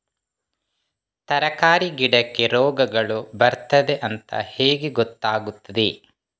ತರಕಾರಿ ಗಿಡಕ್ಕೆ ರೋಗಗಳು ಬರ್ತದೆ ಅಂತ ಹೇಗೆ ಗೊತ್ತಾಗುತ್ತದೆ?